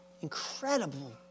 incredible